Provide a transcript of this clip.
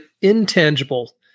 intangible